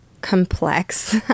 complex